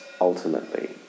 ultimately